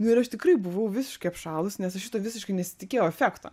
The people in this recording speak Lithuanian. nu ir aš tikrai buvau visiškai apšalus nes aš šito visiškai nesitikėjau efekto